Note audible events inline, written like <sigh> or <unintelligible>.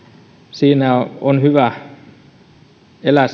siinä uskossa on hyvä elää <unintelligible>